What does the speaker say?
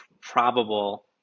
probable